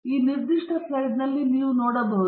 ಈ ನಿರ್ದಿಷ್ಟ ಸ್ಲೈಡ್ನಲ್ಲಿ ನಾವು ನೋಡಬಹುದು